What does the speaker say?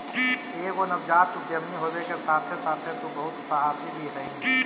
एगो नवजात उद्यमी होबे के साथे साथे तु बहुत सहासी भी हहिं